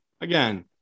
again